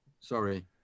Sorry